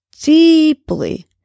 deeply